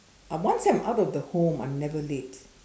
uh once I'm out of the home I'm never late